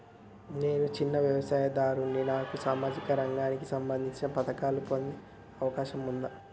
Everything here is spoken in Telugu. నేను చిన్న వ్యవసాయదారుడిని నాకు సామాజిక రంగానికి సంబంధించిన పథకాలు పొందే అవకాశం ఉందా?